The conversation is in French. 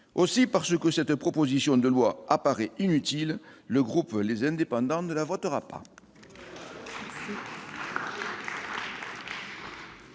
aussi parce que cette proposition de loi apparaît inutile le groupe les indépendants ne la votera pas.